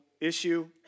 issue